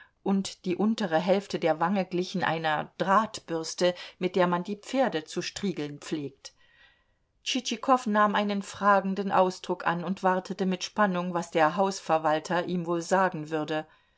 und die untere hälfte der wange glichen einer drahtbürste mit der man die pferde zu striegeln pflegt tschitschikow nahm einen fragenden ausdruck an und wartete mit spannung was der hausverwalter ihm wohl sagen würde